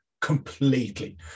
Completely